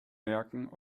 merken